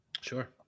Sure